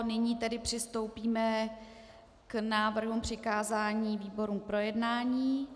Nyní tedy přistoupíme k návrhům přikázání výborům k projednání.